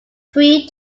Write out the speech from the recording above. three